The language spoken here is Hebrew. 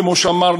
כמו שהוא אמר,